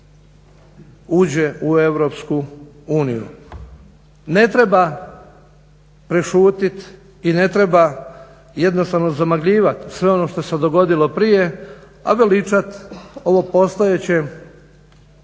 uđe u EU. Ne treba prešutit i ne treba jednostavno zamagljivat sve ono što se dogodilo prije, a veličat ovo postojeće